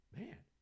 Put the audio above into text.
man